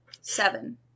Seven